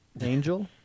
Angel